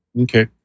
Okay